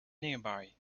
nearby